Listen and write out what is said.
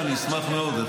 בבקשה, אני אשמח מאוד.